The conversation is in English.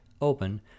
open